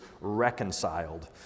reconciled